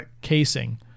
casing